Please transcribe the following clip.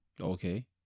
okay